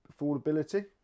affordability